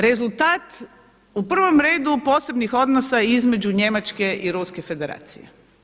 Rezultat u prvom redu posebnih odnosa između Njemačke i Ruske Federacije.